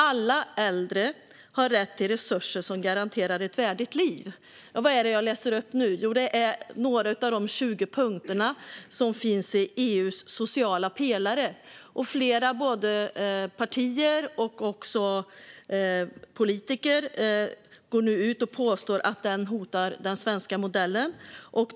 Alla äldre har rätt till resurser som garanterar ett värdigt liv. Vad är det jag har läst upp? Jo, det är några av de 20 punkter som finns i EU:s sociala pelare. Flera partier och politiker påstår nu att den sociala pelaren hotar den svenska modellen.